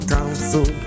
Council